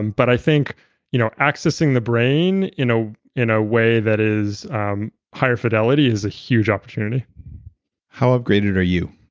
and but i think you know accessing the brain you know in a way that is um higher fidelity is a huge opportunity how upgraded are you?